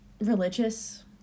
religious